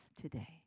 today